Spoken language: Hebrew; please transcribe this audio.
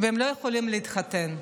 והם לא יכולים להתחתן.